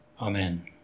amen